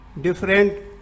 Different